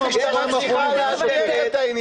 המשטרה צריכה להדק את העניין הזה.